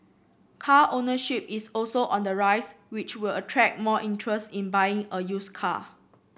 car ownership is also on the rise which will attract more interest in buying a used car